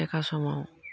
थेखा समाव